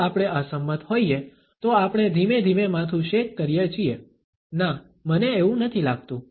જો આપણે અસંમત હોઈએ તો આપણે ધીમે ધીમે માથું શેક કરીએ છીએ ના મને એવું નથી લાગતું